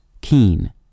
keen